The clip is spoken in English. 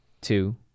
Two